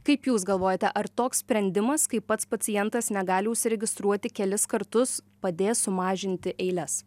kaip jūs galvojate ar toks sprendimas kai pats pacientas negali užsiregistruoti kelis kartus padės sumažinti eiles